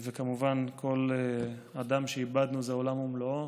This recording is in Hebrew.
וכמובן, כל אדם שאיבדנו זה עולם ומלואו,